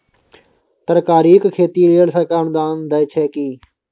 तरकारीक खेती लेल सरकार अनुदान दै छै की?